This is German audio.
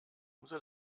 umso